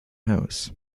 house